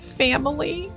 family